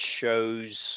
shows